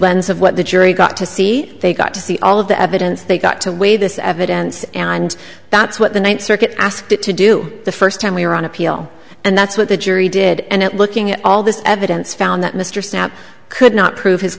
lens of what the jury got to see they got to see all of the evidence they got to weigh this evidence and that's what the ninth circuit asked it to do the first time we were on appeal and that's what the jury did and looking at all this evidence found that mr snapp could not prove his